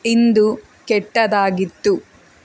ಇಂದು ಕೆಟ್ಟದಾಗಿತ್ತು